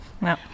No